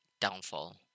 downfall